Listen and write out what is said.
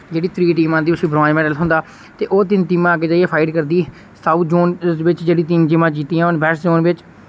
जेह्ड़ी त्री टीम औंदी उसी ब्रोंज मैडल थ्होंदा ते ओह् तिन टीमां अग्गै जाइयै फाइट करदी साउथ जोन उसदे बिच जेह्ड़ी तिन टीमां जित्तियां होन वैस्ट जोन बिच